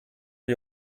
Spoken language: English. are